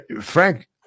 Frank